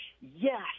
yes